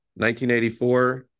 1984